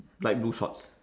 light blue shorts